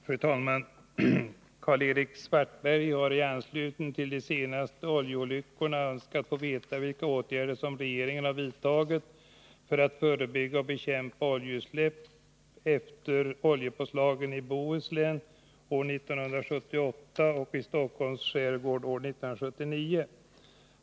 Fru talman! Karl-Erik Svartberg har i anslutning till de senaste oljeolyckorna önskat få veta vilka åtgärder som regeringen har vidtagit för att förebygga och bekämpa oljeutsläpp efter oljepåslagen i Bohuslän år 1978 och i Stockholms skärgård år 1979.